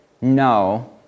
No